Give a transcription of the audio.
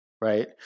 right